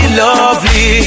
lovely